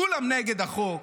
כולם נגד החוק.